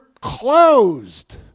closed